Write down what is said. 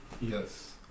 Yes